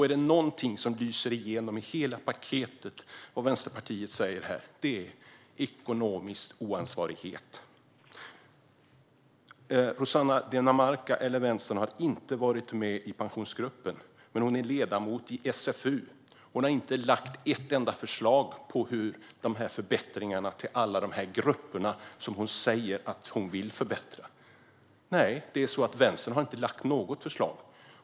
Är det någonting som lyser igenom i hela Vänsterpartiets paket är det ekonomisk oansvarighet. Rossana Dinamarca och Vänstern har inte varit med i Pensionsgruppen, men hon är ledamot i socialförsäkringsutskottet. Hon har inte lagt fram ett enda förslag på förbättringar till alla dessa grupper som hon säger att hon vill förbättra för. Nej, Vänstern har inte lagt fram något förslag.